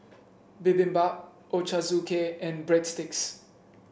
Bibimbap Ochazuke and Breadsticks